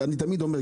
ואני תמיד אומר,